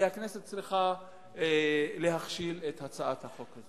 והכנסת צריכה להכשיל את הצעת החוק הזאת.